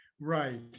Right